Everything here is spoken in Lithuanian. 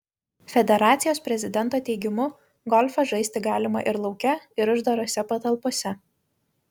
federacijos prezidento teigimu golfą žaisti galima ir lauke ir uždarose patalpose